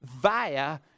via